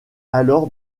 alors